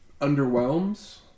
underwhelms